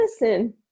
listen